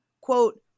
quote